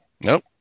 Nope